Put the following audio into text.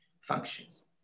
functions